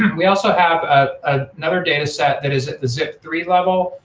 we also have ah ah another data set that is at the z i p three level.